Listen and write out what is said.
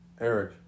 Eric